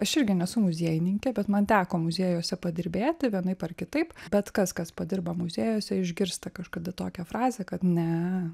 aš irgi nesu muziejininkė bet man teko muziejuose padirbėti vienaip ar kitaip bet kas kas padirba muziejuose išgirsta kažkada tokią frazę kad ne